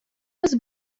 was